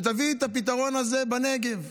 שתביא את הפתרון הזה בנגב.